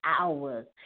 Hours